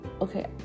okay